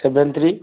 seven three